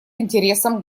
интересам